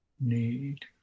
need